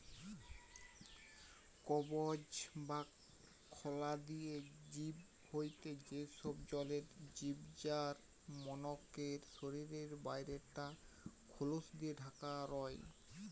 কবচ বা খলা দিয়া জিব হয়থে সেই সব জলের জিব যার মনকের শরীরের বাইরে টা খলস দিকি ঢাকা রয়